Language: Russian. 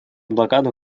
блокаду